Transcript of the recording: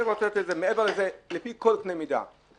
מעבר לזה, לפי כל קנה מידה,